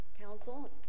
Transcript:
Council